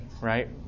right